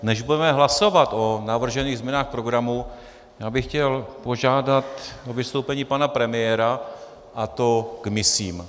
Než budeme hlasovat o navržených změnách programu, chtěl bych požádat o vystoupení pana premiéra, a to k misím.